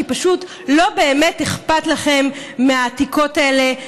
כי פשוט לא באמת אכפת לכם מהעתיקות האלה,